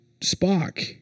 Spock